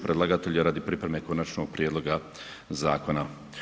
predlagatelju radi pripreme konačnog prijedloga zakona.